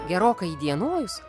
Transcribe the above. gerokai įdienojus